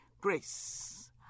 Grace